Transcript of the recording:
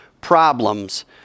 problems